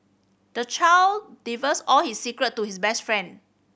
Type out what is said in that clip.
the child all his secret to his best friend